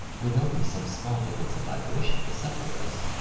with only some small difference of vibration to separate us,